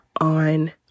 on